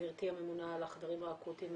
גברתי הממונה על החדרים האקוטיים.